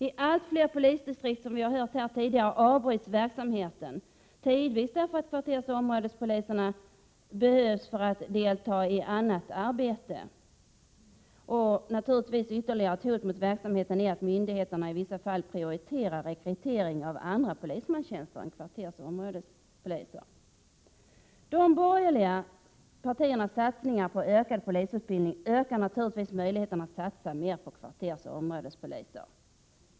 I allt fler polisdistrikt avbryts verksamheten tidvis därför att kvarterseller områdespoliserna behövs för att delta i annat arbete. Ytterligare ett hot mot verksamheten är att myndigheterna i vissa fall prioriterar rekrytering av andra polismanstjänster än kvarterseller områdespoliser. De borgerliga partiernas satsningar på ökad polisutbildning ökar naturligtvis möjligheterna att satsa mer på kvarterseller områdespoliser.